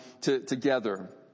together